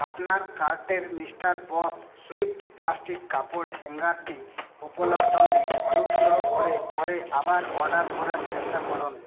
আপনার কার্টের Mister Boss Swift plastic কাপড় হ্যাঙ্গারটি উপলব্ধ নেই অনুগ্রহ করে পরে আবার অর্ডার করার চেষ্টা করুন